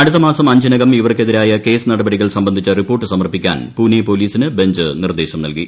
അടുത്തമാസം അഞ്ചിനകം ഇവർക്കെതിരായ കേസ് നടപടികൾ സംബന്ധിച്ച റിപ്പോർട്ട് സമർപ്പിക്കാൻ പൂനെ പോലീസിന് ബഞ്ച് നിർദ്ദേശം നൽകി